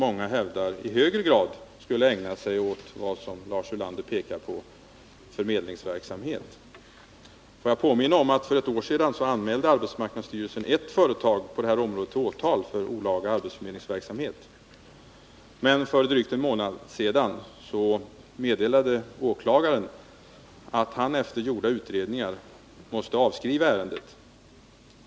Många hävdar ju, som Lars Ulander pekar på, att den i högre grad borde ägna sig åt förmedlingsverksamhet. Låt mig vidare påminna om att arbetsmarknadsstyrelsen för ett år sedan anmälde ett kontorsserviceföretag till åtal för olaga arbetsförmedlingsverksamhet. Åklagaren har dock för drygt en månad sedan meddelat att han efter gjorda utredningar måste avskriva ärendet.